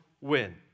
win